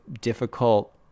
difficult